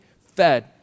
fed